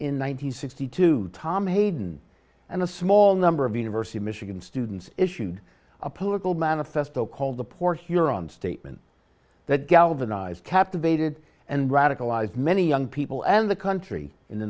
eighty two tom hayden and a small number of university michigan students issued a political manifesto called the port huron statement that galvanized captivated and radicalized many young people and the country in the